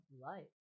life